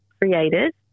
created